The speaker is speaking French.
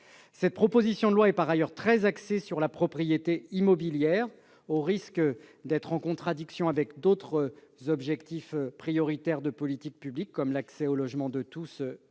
cette proposition de loi est très axée sur la propriété immobilière, au risque d'entrer en contradiction avec d'autres objectifs prioritaires des politiques publiques, notamment l'accès au logement de tous dans les